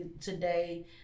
today